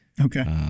Okay